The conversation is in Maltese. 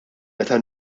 meta